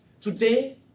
Today